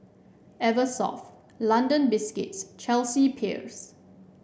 Eversoft London Biscuits and Chelsea Peers